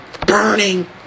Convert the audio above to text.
Burning